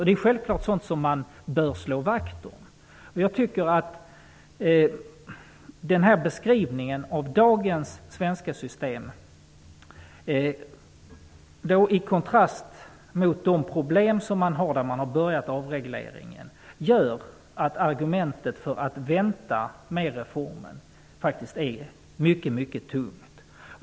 Det är självklart sådant som man bör slå vakt om. Jag tycker att den här beskrivningen av dagens svenska system, i kontrast mot de problem som man har där avregleringen har påbörjats, gör att argumentet för att vänta med reformen är mycket tungt.